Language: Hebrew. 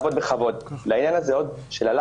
רק נקודה שאמנון שמואלי אמר קודם וחשוב שזה יהיה